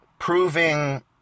proving